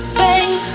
babe